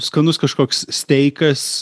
skanus kažkoks steikas